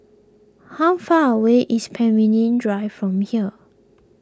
how far away is Pemimpin Drive from here